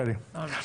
הפלתם.